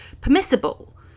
permissible